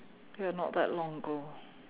ya not that long ago